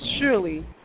surely